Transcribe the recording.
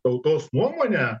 tautos nuomonę